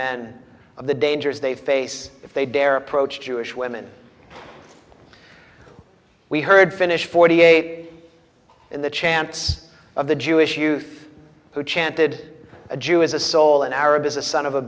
of the dangers they face if they dare approach jewish women we heard finish forty eight in the chants of the jewish youth who chanted a jew is a soul an arab is a son of a